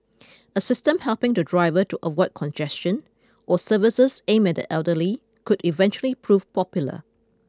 a system helping the driver to avoid congestion or services aimed at the elderly could eventually prove popular